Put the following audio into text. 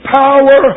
power